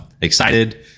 excited